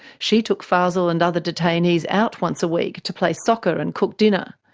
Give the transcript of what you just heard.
she took fazel and other detainees out once a week, to play soccer and cook dinner.